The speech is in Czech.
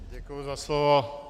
Děkuju za slovo.